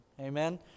Amen